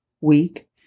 week